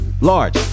large